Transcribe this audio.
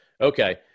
Okay